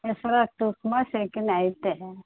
పెసరట్టు ఉప్మా సెకిన్ అయితే